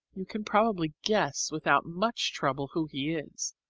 you can probably guess without much trouble who he is.